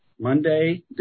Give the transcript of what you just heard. Monday